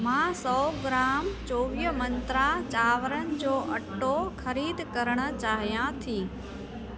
मां सौ ग्राम चौवीह मंत्रा चांवरनि जो अटो ख़रीद करणु चाहियां थी